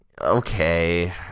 Okay